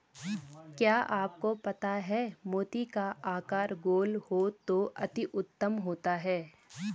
क्या आपको पता है मोती का आकार गोल हो तो अति उत्तम होता है